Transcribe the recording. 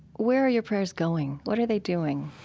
where are your prayers going? what are they doing?